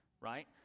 right